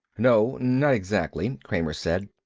no, not exactly, kramer said.